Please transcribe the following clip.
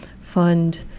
fund